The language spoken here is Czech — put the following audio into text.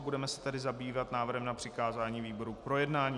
Budeme se tedy zabývat návrhem na přikázání výboru k projednání.